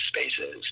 spaces